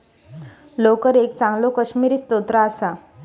लोकर एक चांगलो काश्मिरी स्त्रोत असा